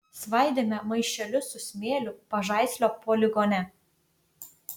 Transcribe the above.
svaidėme maišelius su smėliu pažaislio poligone